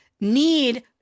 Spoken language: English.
need